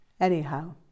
Anyhow